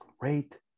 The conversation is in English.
great